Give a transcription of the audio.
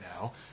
now